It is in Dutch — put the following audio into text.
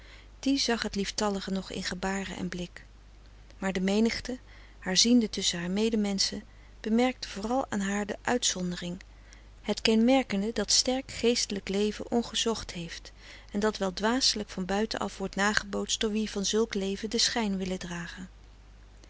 die zag het lieftallige nog in gebaren en blik maar de menigte haar ziende tusschen haar medemenschen bemerkte vooral aan haar de uitzondering het kenmerkende dat sterk geestelijk leven ongezocht geeft en dat wel dwaasselijk van buiten af wordt nagebootst door wie van zulk leven den schijn willen dragen